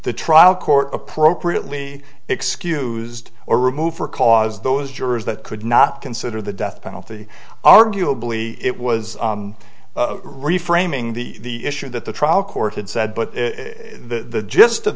the trial court appropriately excused or removed for cause those jurors that could not consider the death penalty arguably it was reframing the issue that the trial court had said but the gist of